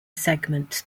segments